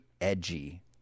edgy